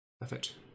Perfect